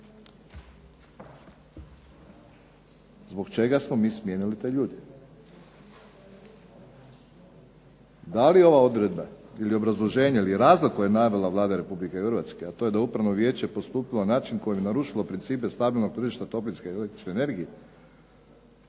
zbog čega smo mi smijenili te ljude? Da li ova odredba ili obrazloženje ili razloga koji je navela Vlada Republike Hrvatske a to je da upravo vijeće nastupilo na način koji je narušilo principe stabilnog tržišta toplinske električne energije?